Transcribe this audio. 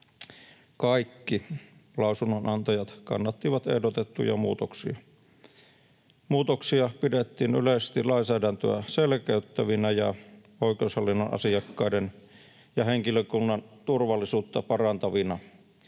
Kaikki lausunnonantajat kannattivat ehdotettuja muutoksia. Muutoksia pidettiin yleisesti lainsäädäntöä selkeyttävinä ja oikeushallinnon asiakkaiden ja henkilökunnan turvallisuutta parantavina